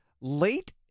late